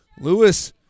Lewis